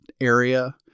area